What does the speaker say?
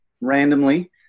randomly